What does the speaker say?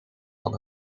van